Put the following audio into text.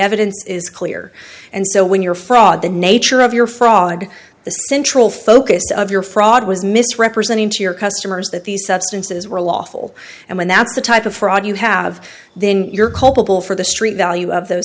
evidence is clear and so when your fraud the nature of your frog the central focus of your fraud was misrepresenting to your customers that these substances were lawful and when that's the type of fraud you have then you're culpable for the street value of th